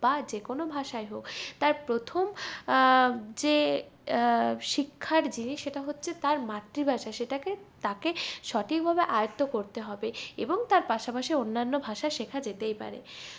বা যে কোনো ভাষাই হোক তার প্রথম যে শিক্ষার জিনিস সেটা হচ্ছে তার মাতৃভাষা সেটাকে তাকে সঠিককভাবে আয়ত্ত করতে হবে এবং তার পাশাপাশি অন্যান্য ভাষা শেখা যেতেই পারে